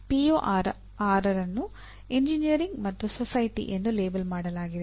ಪಿಒ6 ಅನ್ನು ಎಂಜಿನಿಯರ್ ಮತ್ತು ಸೊಸೈಟಿ ಎಂದು ಲೇಬಲ್ ಮಾಡಲಾಗಿದೆ